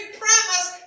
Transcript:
promise